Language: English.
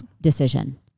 decision